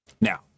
Now